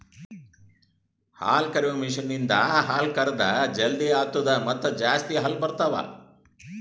ಹಾಲುಕರೆಯುವ ಮಷೀನ್ ಇಂದ ಹಾಲು ಕರೆದ್ ಜಲ್ದಿ ಆತ್ತುದ ಮತ್ತ ಜಾಸ್ತಿ ಹಾಲು ಬರ್ತಾವ